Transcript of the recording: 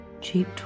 Cheap